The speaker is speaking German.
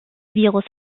virus